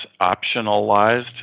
optionalized